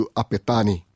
apetani